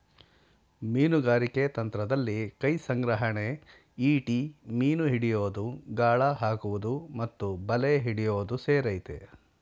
ಮೀನುಗಾರಿಕೆ ತಂತ್ರದಲ್ಲಿ ಕೈಸಂಗ್ರಹಣೆ ಈಟಿ ಮೀನು ಹಿಡಿಯೋದು ಗಾಳ ಹಾಕುವುದು ಮತ್ತು ಬಲೆ ಹಿಡಿಯೋದು ಸೇರಯ್ತೆ